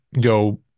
go